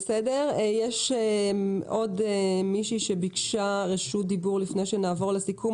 יש עוד מישהי שביקשה רשות דיבור לפני שנעבור לסיכום,